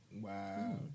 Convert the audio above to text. Wow